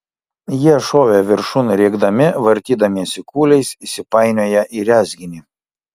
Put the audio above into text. jie šovė viršun rėkdami vartydamiesi kūliais įsipainioję į rezginį